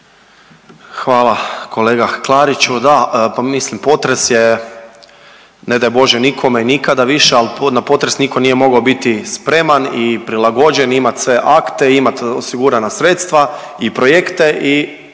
Hvala kolega Klariću. Da, pa mislim potres je ne daj Bože nikome nikada više, al na potres niko nije mogo biti spreman i prilagođen i imat sve akte, imat osigurana sredstva i projekte i